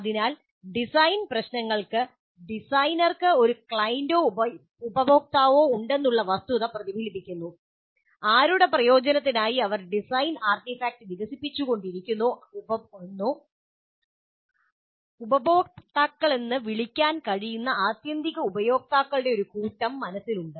അതിനാൽ ഡിസൈൻ പ്രശ്നങ്ങൾ ഡിസൈനർക്ക് ഒരു ക്ലയന്റോ ഉപഭോക്താവോ ഉണ്ടെന്ന വസ്തുത പ്രതിഫലിപ്പിക്കുന്നു ആരുടെ പ്രയോജനത്തിനായി അവർ ഡിസൈൻ ആർട്ടിഫാക്റ്റ് വികസിപ്പിച്ചുകൊണ്ടിരിക്കുന്നോ ഉപഭോക്താക്കളെന്ന് വിളിക്കാൻ കഴിയുന്ന ആത്യന്തിക ഉപയോക്താക്കളുടെ ഒരു കൂട്ടം മനസ്സിൽ ഉണ്ട്